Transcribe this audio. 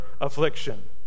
affliction